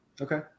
Okay